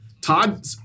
Todd